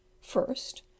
First